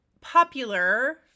popular